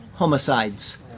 Homicides